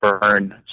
Burn